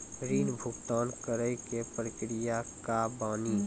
ऋण भुगतान करे के प्रक्रिया का बानी?